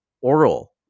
Oral